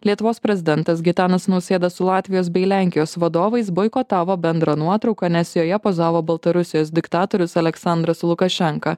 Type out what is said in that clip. lietuvos prezidentas gitanas nausėda su latvijos bei lenkijos vadovais boikotavo bendrą nuotrauką nes joje pozavo baltarusijos diktatorius aleksandras lukašenka